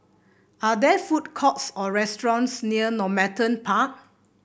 are there food courts or restaurants near Normanton Park